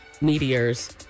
meteors